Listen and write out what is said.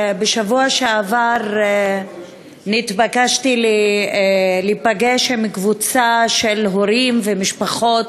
בשבוע שעבר נתבקשתי להיפגש בבהילות עם קבוצת הורים ומשפחות